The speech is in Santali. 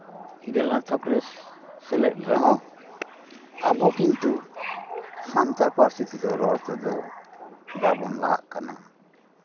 ᱤᱨᱟᱹᱞ ᱟᱱᱟᱜ ᱛᱷᱚᱠ ᱨᱮ ᱥᱮᱞᱮᱫ ᱨᱮᱦᱚᱸ ᱟᱵᱚ ᱠᱤᱱᱛᱩ ᱥᱟᱱᱛᱟᱲ ᱯᱟᱹᱨᱥᱤ ᱛᱮᱫᱚ ᱨᱚᱲ ᱛᱮᱫᱚ ᱵᱟᱵᱚᱱ ᱞᱟᱦᱟᱜ ᱠᱟᱱᱟ